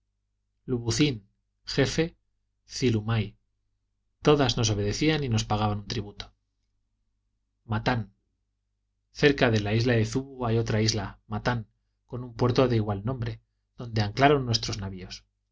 jefe cilumai todas nos obedecían y nos pagaban un tributo matan cerca de la isla de zubu hay otra llamada matan con un puerto de igual nombre donde anclaron nuestros navios